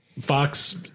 fox